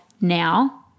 now